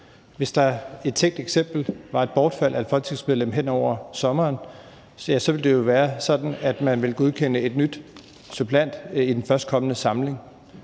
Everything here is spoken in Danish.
som et tænkt eksempel er et bortfald af et folketingsmedlem hen over sommeren, ville det jo være sådan, at man ville godkende en ny suppleant i den førstkommende samling.